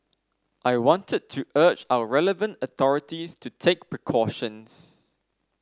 I wanted to urge our relevant authorities to take precautions